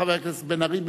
חבר הכנסת בן-ארי,